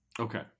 Okay